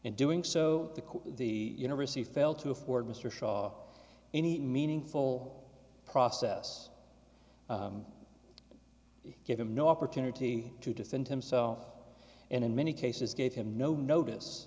in doing so the university failed to afford mr shaw any meaningful process he gave him no opportunity to defend himself and in many cases gave him no notice